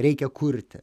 reikia kurti